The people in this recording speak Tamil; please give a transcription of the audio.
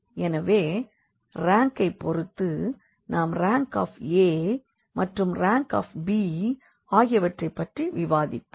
எனவே ரேங்க்கைப் பொறுத்து நாம் RankA மற்றும் Rankb ஆகியவற்றை பற்றி விவாதிப்போம்